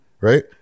right